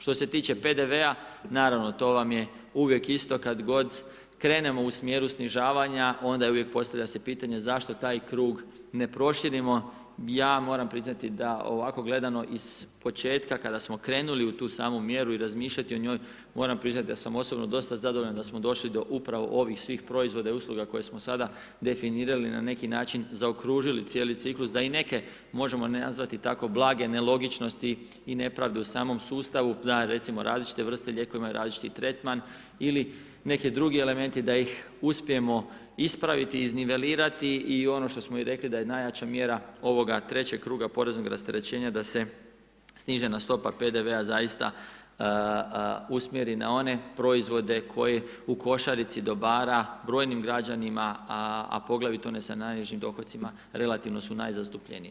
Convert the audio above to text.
Što se tiče PDV-a naravno, to vam je uvijek isto, kada god krenemo u smjeru snižavanja, onda uvijek postavlja se pitanje, zašto taj krug ne proširimo, ja moram priznati, da ovako gledano iz početka, kada smo krenuli u tu samu mjeru i razmišljati o njoj, moram priznati, da sam osobno dosta zadovoljan, da smo došli upravo ovih svih proizvoda i usluga koje smo sada definirali, na neki način, zaokružili cijeli ciklus, da i neke, možemo nazvati tako blage nelogičnosti i nepravde u samom sustavu, da recimo različite vrste lijekova imaju različiti tretman ili neki drugi elementi da ih uspijemo ispraviti, iznivelirati i ono što smo rekli, da je najjača mjera, ovoga trećega kruga poreznog rasterećenja da se snižena stopa PDV-a zaista usmjeri na one proizvode, koji u košarici dobara brojnim građanima, a poglavito one s najnižim dohocima, relativno su najzastupljeniji.